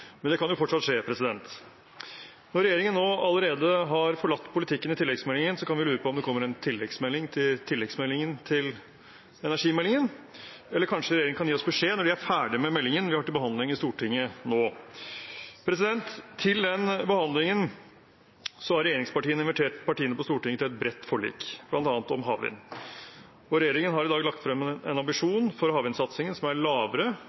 men det kan fortsatt skje. Når regjeringen allerede nå har forlatt politikken i tilleggsmeldingen, kan vi lure på om det kommer en tilleggsmelding til tilleggsmeldingen til energimeldingen – eller kanskje regjeringen kan gi oss beskjed når de er ferdige med meldingen vi har til behandling i Stortinget nå. Til den behandlingen har regjeringspartiene invitert partiene på Stortinget til et bredt forlik, bl.a. om havvind. Regjeringen har i dag lagt frem en ambisjon for havvindsatsingen som er lavere